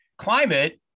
Climate